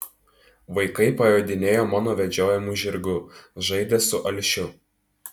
vaikai pajodinėjo mano vedžiojamu žirgu žaidė su alšiu